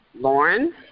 Lauren